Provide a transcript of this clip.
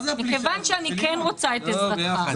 כיוון שאני כן רוצה את עזרתך,